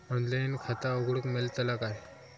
Online खाता उघडूक मेलतला काय?